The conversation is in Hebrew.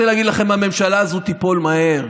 אני רוצה להגיד לכם, הממשלה הזו תיפול מהר.